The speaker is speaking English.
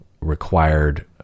required